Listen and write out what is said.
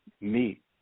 meet